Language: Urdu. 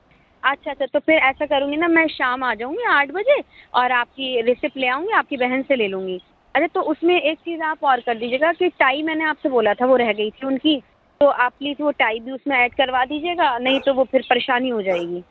اچھا اچھا تو پھر ایسا کروں گی نا میں شام آ جاؤں گی آٹھ بجے اور آپ کی ریسیپٹ لے آؤں گی آپ کی بہن سے لے لوں گی ارے تو اُس میں ایک چیز آپ اور کر دیجیے گا کہ ٹائی میں نے آپ سے بولا تھا وہ رہ گئی تھی اُن کی تو آپ پلیز وہ ٹائی بھی اُس میں ایڈ کروا دیجیے گا نہیں تو وہ پھر پریشانی ہو جائے گی